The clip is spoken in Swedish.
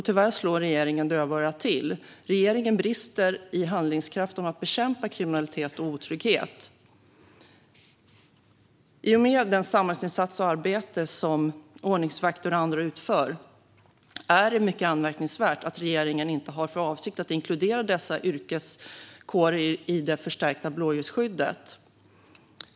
Tyvärr slår regeringen dövörat till. Regeringen brister i handlingskraft när det gäller att bekämpa kriminalitet och otrygghet. I och med den samhällsinsats och det arbete som ordningsvakter och andra utför är det mycket anmärkningsvärt att regeringen inte har för avsikt att inkludera dessa yrkeskårer i det förstärkta blåljusskyddet.